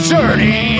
Journey